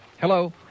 Hello